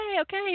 okay